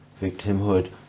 victimhood